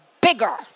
Bigger